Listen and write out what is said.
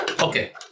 Okay